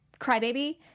crybaby